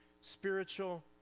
spiritual